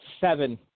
Seven